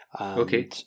okay